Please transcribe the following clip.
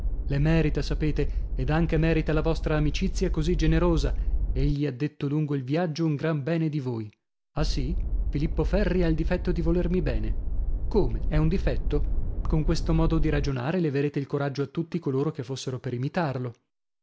le merita sapete ed anche merita la vostra amicizia così generosa egli ha detto lungo il viaggio un gran bene di voi ah sì filippo ferri ha il difetto di volermi bene come è un difetto con questo modo di ragionare leverete il coraggio a tutti coloro che fossero per imitarlo